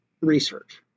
research